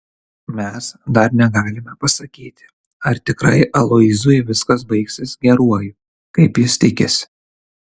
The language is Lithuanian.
mes dar negalime pasakyti ar tikrai aloyzui viskas baigsis geruoju kaip jis tikisi